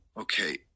okay